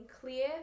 clear